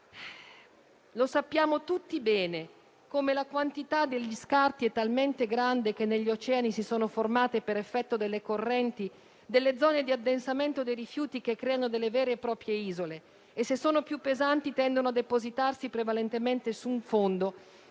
Sappiamo tutti bene che la quantità degli scarti è talmente grande che negli oceani si sono formate, per effetto delle correnti, zone di addensamento dei rifiuti che creano vere e proprie isole che, se sono più pesanti, tendono a depositarsi sul fondo,